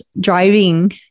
driving